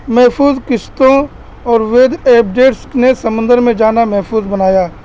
محفوظ کشتوں اور وید ایڈیٹس نے سمندر میں جانا محفوظ بنایا